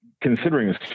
Considering